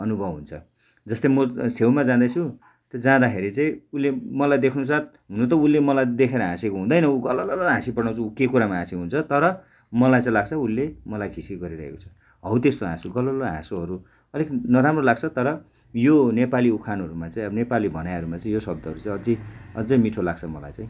अनुभव हुन्छ जस्तै म छेउमा जाँदैछु त्यो जाँदाखेरि चाहिँ उसले मलाई देख्नुसाथ हुनु त उसले मलाई देखेर हाँसेको हुँदैन उ गललल हाँसी पठाउँछ उ के कुरामा हाँसेको हुन्छ तर मलाई चाहिँ लाग्छ उसले मलाई खिसी गरिरहेको छ हौ त्यस्तो हाँसो गललल हाँसोहरू अलिक नराम्रो लाग्छ तर यो नेपाली उखानहरूमा चाहिँ अब नेपाली भनाइहरूमा चाहिँ यो शब्दहरू चाहिँ अझै अझै मिठो लाग्छ मलाई चाहिँ